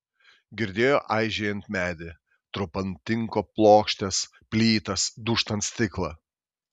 girdėjo aižėjant medį trupant tinko plokštes plytas dūžtant stiklą